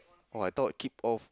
oh I thought keep off